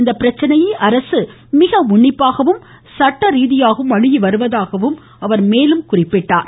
இந்த பிரச்சினையை அரசு மிக உன்னிப்பாகவும் சட்ட ரீதியாகவும் அணுகி வருவதாக அவர் மேலும் தெரிவித்தார்